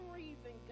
reason